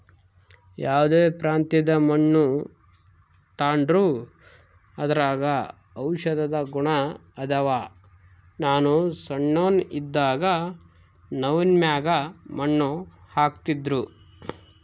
ಯಾವ್ದೇ ಪ್ರಾಂತ್ಯದ ಮಣ್ಣು ತಾಂಡ್ರೂ ಅದರಾಗ ಔಷದ ಗುಣ ಅದಾವ, ನಾನು ಸಣ್ಣೋನ್ ಇದ್ದಾಗ ನವ್ವಿನ ಮ್ಯಾಗ ಮಣ್ಣು ಹಾಕ್ತಿದ್ರು